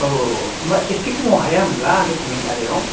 औ औ औ औ आमफ्राइ एसे खमाव हाया होमब्ला डखुमेनटारियाव